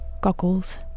goggles